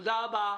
תודה רבה.